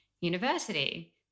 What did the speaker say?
university